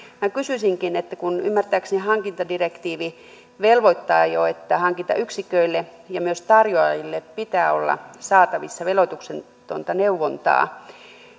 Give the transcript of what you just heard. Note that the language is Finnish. kysyisinkin kun ymmärtääkseni hankintadirektiivi velvoittaa jo että hankintayksiköille ja myös tarjoajille pitää olla saatavissa veloituksetonta neuvontaa